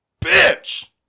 bitch